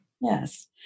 Yes